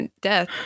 death